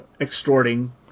extorting